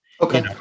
Okay